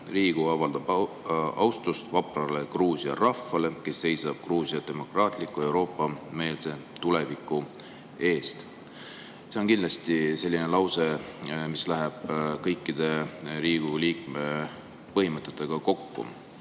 "Riigikogu avaldab austust vaprale Gruusia rahvale, kes seisab Gruusia demokraatliku ja Euroopa-meelse tuleviku eest". See on kindlasti selline lause, mis läheb kõikide Riigikogu liikme põhimõtetega kokku.